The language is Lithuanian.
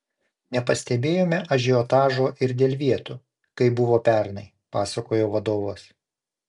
nepastebėjome ažiotažo ir dėl vietų kaip buvo pernai pasakojo vadovas